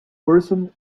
person